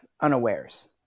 unawares